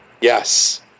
Yes